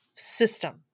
system